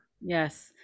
Yes